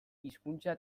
hizkuntza